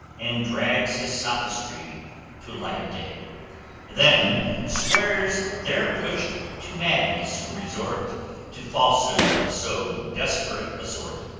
and drags his sophistry to light of day then swears they're pushed to madness who resort to falsehood of so desperate a sort.